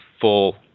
full